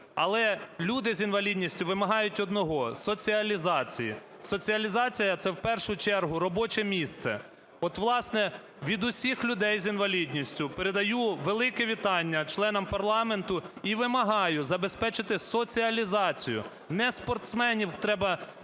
Але люди з інвалідністю вимагають одного – соціалізації. Соціалізація – це в першу чергу робоче місце. От, власне, від усіх людей з інвалідністю передаю велике вітання членам парламенту і вимагаю забезпечити соціалізацію, не спортсменів треба